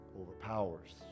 overpowers